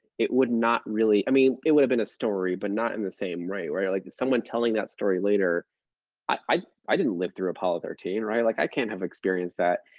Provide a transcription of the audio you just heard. it would not really i mean it would have been a story, but not in the same way. where yeah like someone telling that story later i i didn't live through apollo thirteen. i like i can't have experienced that.